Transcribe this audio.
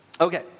Okay